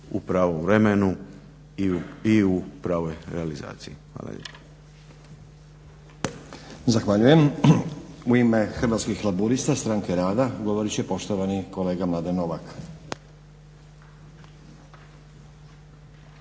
u pravom vremenu i u pravoj realizaciji. Hvala lijepo.